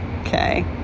okay